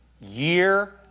year